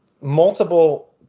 multiple